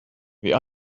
wie